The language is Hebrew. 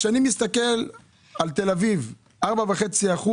כשאני מסתכל על תל אביב, שבה 4.5%